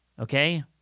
okay